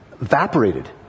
evaporated